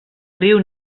riu